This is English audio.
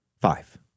five